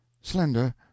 Slender